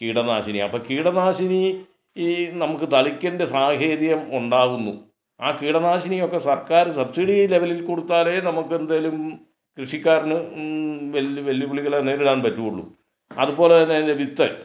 കിടനാശിനി അപ്പം കിടനാശിനി നമുക്ക് തളിക്കണ്ട സാഹചര്യം ഉണ്ടാവുന്നു ആ കിടനാശിനിയൊക്കെ സർക്കാർ സബ്സിഡി ചിലവിൽ കൊടുത്താലേ നമുക്ക് എന്തേലും കൃഷിക്കാരന് വെല്ലുവിളികളെ നേരിടാൻ പറ്റുവുള്ളൂ അതുപോലെ തന്നെ വിത്ത്